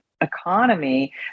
economy